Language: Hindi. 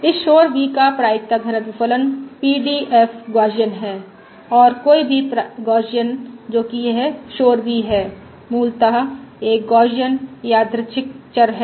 इस शोर v का प्रायिकता घनत्व फलन P D F Gaussian है और कोई भी गौसियन जो कि यह शोर v है मूलतः एक गौसियन यादृच्छिक चर है